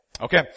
Okay